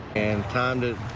time that.